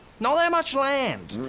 not that much land.